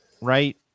right